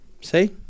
See